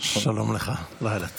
שלום לך, לילה טוב.